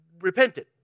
repented